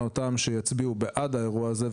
שיצביעו בעד האירוע הזה,